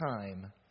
time